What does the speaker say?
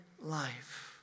life